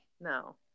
No